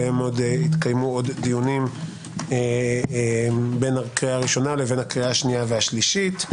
עליהם יתקיימו דיונים בין הקריאה הראשונה לשנייה והשלישית.